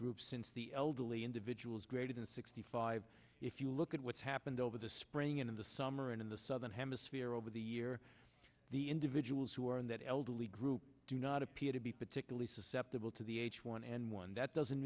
groups since the elderly individuals greater than sixty five if you look at what's happened over the spring and in the summer and in the southern hemisphere over the year the individuals who are in that elderly group do not appear to be particularly susceptible to the h one n one that doesn't